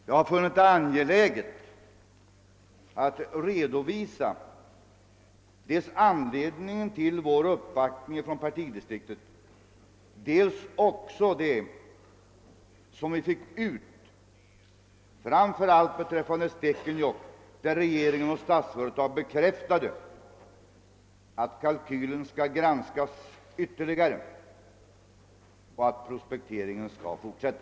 Jag har funnit det angeläget att redovisa dels anledningen till vår uppvaktning från partidistriktet, dels också det som vi fick besked om framför allt beträffande Stekenjokkprojektet, i fråga om vilket Statsföretag och regeringen bekräftade, att kalkylen skall granskas ytterligare och att prospekteringen skall fortsätta.